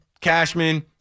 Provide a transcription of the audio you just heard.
Cashman